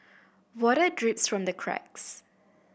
water drips from the cracks